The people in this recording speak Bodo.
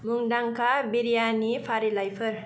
मुंदांखा बिरियानि फारिलाइफोर